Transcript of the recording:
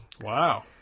Wow